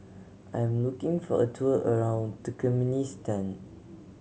I am looking for a tour around Turkmenistan